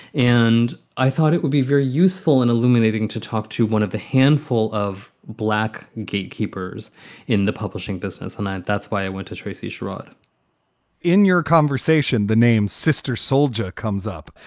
and i thought it would be very useful and illuminating to talk to one of the handful of black gatekeepers in the publishing business. and that's why i went to tracy sherrod in your conversation the name sister soldier comes up.